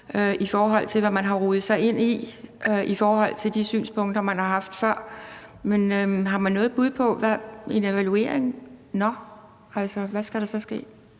i forhold til hvad man har viklet sig ind i med de synspunkter, man har haft før. Men har man noget bud på, hvad en evaluering skal gøre – hvad der så skal